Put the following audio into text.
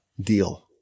deal